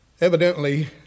Evidently